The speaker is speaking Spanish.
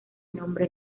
nombre